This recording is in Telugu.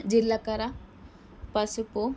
జీలకర్ర పసుపు